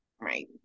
right